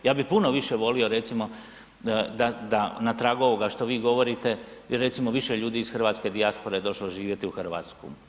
Ja bih puno više volio recimo da na tragu ovoga što vi govorite bi recimo više ljudi iz hrvatske dijaspore došlo živjeti u Hrvatsku.